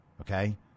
Okay